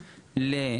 לאפוטרופוס הכללי,